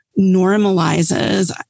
normalizes